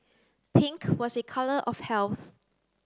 pink was a colour of health